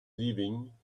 leaving